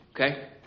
Okay